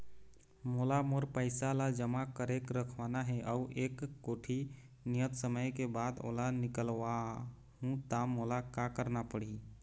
मोला मोर पैसा ला जमा करके रखवाना हे अऊ एक कोठी नियत समय के बाद ओला निकलवा हु ता मोला का करना पड़ही?